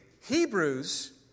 Hebrews